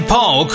Paul